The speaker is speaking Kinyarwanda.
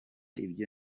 ibyo